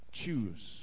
choose